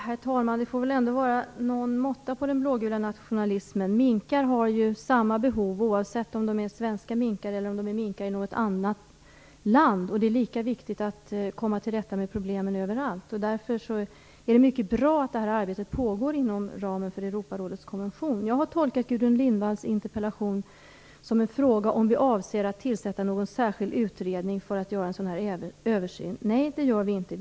Herr talman! Det får väl ändå vara någon måtta på den blågula nationalismen. Minkar har samma behov oavsett om de är svenska eller finns i något annat land, och det är lika viktigt att komma till rätta med problemen överallt. Det är därför mycket bra att detta arbete pågår inom ramen för Europarådets konvention. Jag har tolkat Gudrun Lindvalls interpellation som en fråga om vi avser att tillsätta någon särskild utredning för att göra en sådan här översyn. Nej, vi gör inte någon sådan.